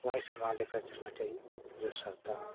वही सामान लेकर चलना चाहिए जो आवश्यकता हो